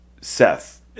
Seth